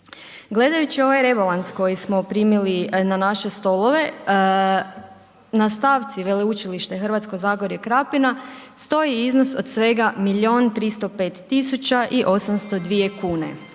Gledajući ovaj rebalans koji smo primili na naše stolove, na stavci Veleučilište Hrvatsko zagorje i Krapina, stoji iznos od svega milijun i 305 802 kune.